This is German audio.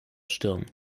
stirn